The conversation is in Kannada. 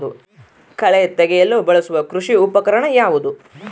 ಕಳೆ ತೆಗೆಯಲು ಬಳಸುವ ಕೃಷಿ ಉಪಕರಣ ಯಾವುದು?